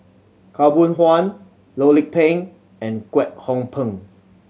Khaw Boon Wan Loh Lik Peng and Kwek Hong Png